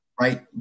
right